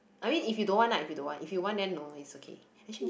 I mean if you don't want lah if you don't want if you want then no it's okay acutally